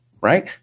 right